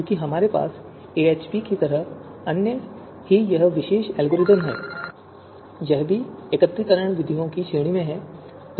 क्योंकि हमारे पास AHP की तरह ही यह विशेष एल्गोरिथम है यह भी एकत्रीकरण विधियों की श्रेणी में आता है